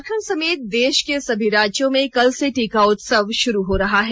झारखंड समेत देश के सभी राज्यों में कल से टीका उत्सव शुरू हो रहा है